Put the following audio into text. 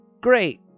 Great